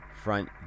front